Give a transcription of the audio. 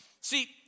See